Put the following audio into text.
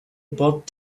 bought